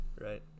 Right